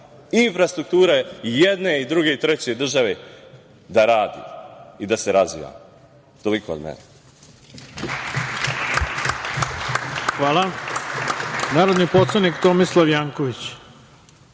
infrastrukture i jedne i druge i treće države da radi i da se razvija. Toliko od mene.